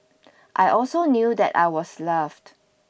I also knew that I was loved